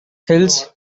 hills